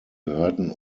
gehörten